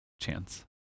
chance